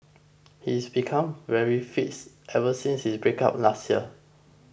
he's became very fit ever since his breakup last year